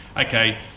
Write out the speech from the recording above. okay